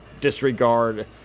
disregard